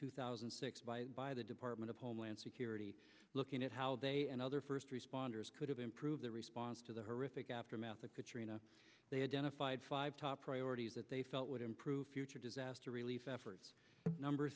two thousand and six by by the department of homeland security looking at how they and other first responders could have improved their response to the horrific aftermath of katrina they identified five top priorities that they felt would improve future disaster relief efforts number